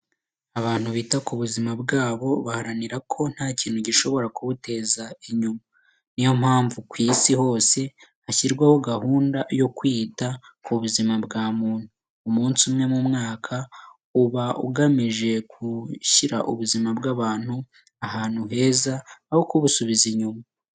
Abantu bita ku buzima bwabo baharanira ko nta kintu gishobora kubuteza inyuma, niyo mpamvu ku Isi hose hashyirwaho gahunda yo kwita ku buzima bwa muntu, umunsi umwe mu mwaka uba ugamije gushyira ubuzima bw'abantu ahantu heza aho kubusubiza inyuma.